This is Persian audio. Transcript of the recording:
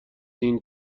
این